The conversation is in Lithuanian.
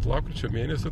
lapkričio mėnesį